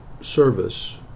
service